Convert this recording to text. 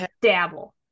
dabble